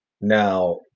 Now